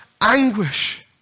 anguish